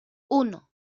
uno